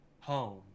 home